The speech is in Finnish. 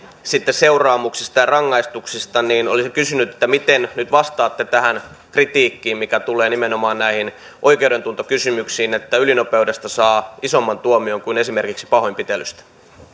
seuraamuksista ja rangaistuksista niin olisin kysynyt miten nyt nyt vastaatte tähän kritiikkiin mikä tulee nimenomaan näihin oikeudentuntokysymyksiin että ylinopeudesta saa isomman tuomion kuin esimerkiksi pahoinpitelystä